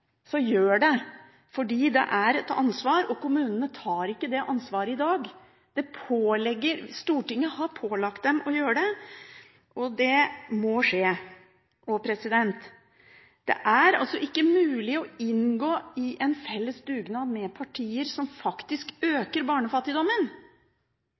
Så gjør det! Det er et ansvar, og kommunene tar ikke det ansvaret i dag. Stortinget har pålagt dem å gjøre det, og det må skje. Det er ikke mulig å inngå i en felles dugnad med partier som faktisk